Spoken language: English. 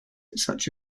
such